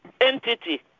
entity